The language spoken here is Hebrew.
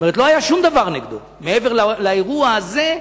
זאת אומרת, לא היה שום דבר נגדו מעבר לאירוע הזה,